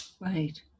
Right